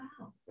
wow